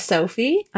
Sophie